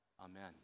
amen